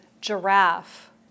giraffe